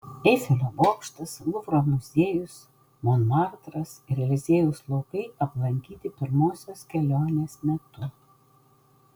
eifelio bokštas luvro muziejus monmartras ir eliziejaus laukai aplankyti pirmosios kelionės metu